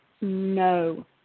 no